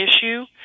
issue